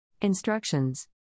Instructions